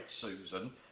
Susan